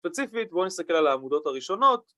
‫ספציפית, בואו נסתכל ‫על העמודות הראשונות